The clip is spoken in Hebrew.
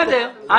בסדר.